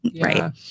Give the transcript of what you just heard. right